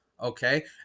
okay